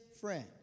friend